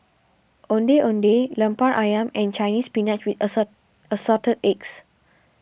Ondeh Ondeh Lemper Ayam and Chinese Spinach with Assorted Eggs